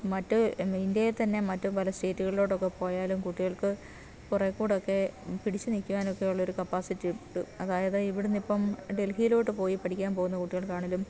മറ്റ് ഇന്ത്യയി തന്നെ മറ്റ് പല സ്റ്റേറ്റുകളിലോട്ടൊക്കെ പോയാലും കുട്ടികൾക്ക് കുറെ കൂടെ ഒക്കെ പിടിച്ചുനിൽക്കുവാനൊക്കെ ഒരു കപ്പാസിറ്റി കിട്ടും അതായത് ഇവിടെ ഇനി ഇപ്പം ഡൽഹിയിലോട്ടൊക്കെ പോയി പഠിക്കാൻ പോകുന്ന കുട്ടികൾക്ക് ആണെലും